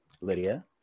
Lydia